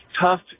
tough